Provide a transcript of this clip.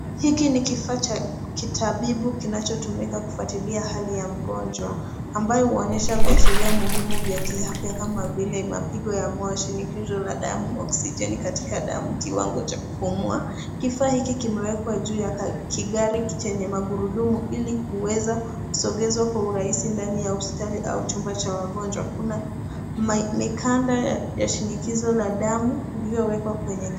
Hiki ni kifaa cha kitabibu kinachotumika kufuatilia hali ya mgonjwa ambayo huonyesha viashiria muhimu za kiafya kama vile mapigo ya moyo, shinikizo la damu, oksijeni katika damu, kiwango cha kupumua. Kifaa hiki kimewekwa juu ya kigari chenye magurudumu ili kuweza kusogezwa kwa urahisi ndani ya hospitali au chumba cha wagonjwa. Kuna mikanda ya shinikizo la damu iliyowekwa kwenye.